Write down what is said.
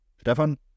Stefan